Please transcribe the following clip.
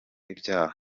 ibyaha